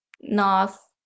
North